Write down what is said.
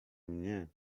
mnie